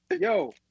yo